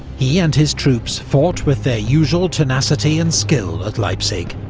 he and his troops fought with their usual tenacity and skill at leipzig,